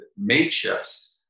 mateships